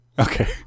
Okay